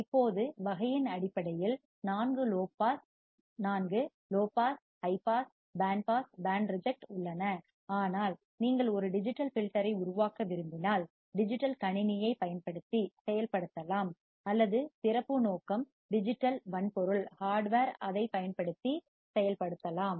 இப்போது வகையின் அடிப்படையில் நான்கு low pass high pass band pass band reject உள்ளன ஆனால் நீங்கள் ஒரு டிஜிட்டல் ஃபில்டர் ஐ உருவாக்க விரும்பினால் டிஜிட்டல் கணினியைப் பயன்படுத்தி செயல்படுத்தலாம் அல்லது சிறப்பு நோக்கம் டிஜிட்டல் வன்பொருள் ஹார்ட்வேர் அதைப் பயன்படுத்தி செயல்படுத்தலாம்